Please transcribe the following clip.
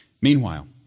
Meanwhile